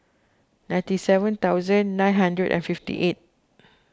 ninety seven thousand nine hundred and fifty eight